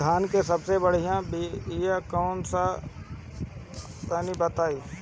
धान के सबसे बढ़िया बिया कौन हो ला तनि बाताई?